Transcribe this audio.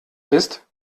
bist